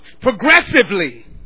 progressively